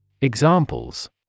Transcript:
Examples